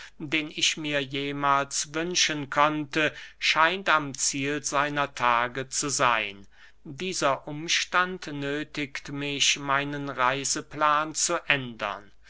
den ich mir jemahls wünschen konnte scheint am ziel seiner tage zu seyn dieser umstand nöthigt mich meinen reiseplan zu ändern